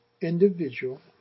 individual